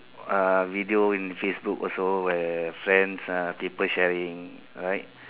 uh video in Facebook also where friends uh people sharing right